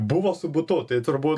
buvo su butu tai turbūt